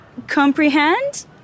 comprehend